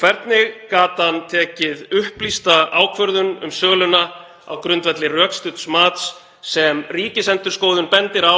Hvernig gat hann tekið upplýsta ákvörðun um söluna á grundvelli rökstudds mats sem Ríkisendurskoðun bendir á